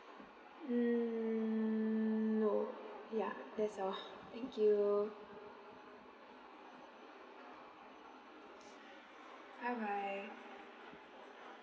mm oh ya that's all thank you bye bye